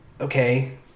okay